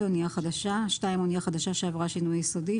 אנייה חדשה שעברה שינוי יסודי.